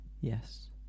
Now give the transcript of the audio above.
Yes